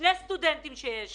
משני הסטודנטים שיש לי.